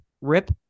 Rip